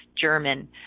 German